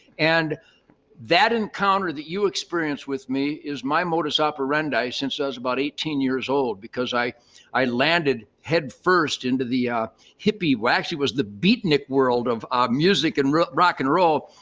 and that encounter that you experienced with me is my modus operandi since i was about eighteen years old, because i i landed head first into the hippy, what actually was the beatnik world of um music and rock and roll.